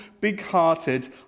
big-hearted